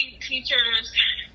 teachers